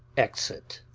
exit.